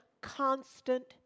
constant